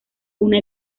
una